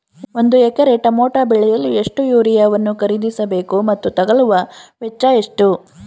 ಒಂದು ಎಕರೆ ಟಮೋಟ ಬೆಳೆಯಲು ಎಷ್ಟು ಯೂರಿಯಾವನ್ನು ಖರೀದಿಸ ಬೇಕು ಮತ್ತು ತಗಲುವ ವೆಚ್ಚ ಎಷ್ಟು?